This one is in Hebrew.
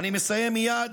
אני מסיים מייד.